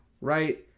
right